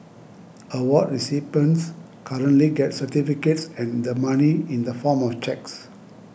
award recipients currently get certificates and the money in the form of cheques